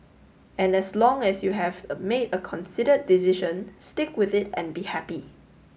and as long as you have a made a considered decision stick with it and be happy